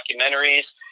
documentaries